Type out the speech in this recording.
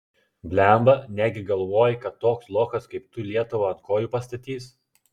blemba negi galvoji kad toks lochas kaip tu lietuvą ant kojų pastatys